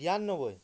বিয়ান্নব্বৈ